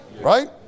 Right